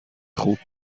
خوب